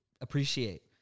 appreciate